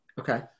Okay